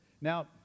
Now